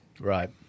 right